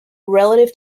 relative